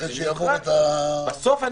אחרי שיעבור את --- בסוף,